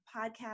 podcast